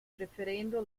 preferendo